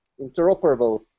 interoperable